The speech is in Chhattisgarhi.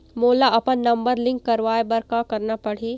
मोला अपन नंबर लिंक करवाये बर का करना पड़ही?